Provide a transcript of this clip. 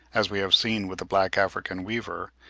as we have seen with the black african weaver,